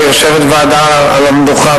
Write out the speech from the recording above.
יושבת ועדה ציבורית על המדוכה,